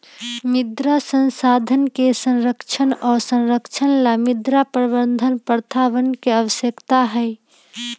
मृदा संसाधन के संरक्षण और संरक्षण ला मृदा प्रबंधन प्रथावन के आवश्यकता हई